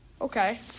Okay